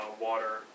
water